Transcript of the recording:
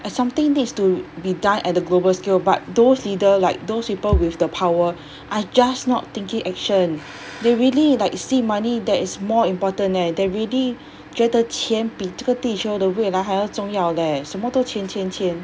as something needs to be done at a global scale but those leader like those people with the power are just not taking action they really like see money that is more important eh they really 觉得钱比这个地球的未来还要重要 leh 什么都钱钱钱